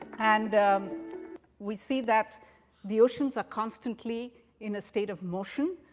and we see that the oceans are constantly in a state of motion.